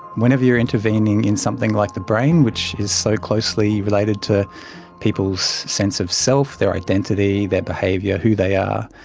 whenever you are intervening in something like the brain, which is so closely related to people's sense of self, their identity, their behaviour, who they are.